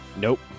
nope